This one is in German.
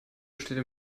besteht